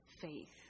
faith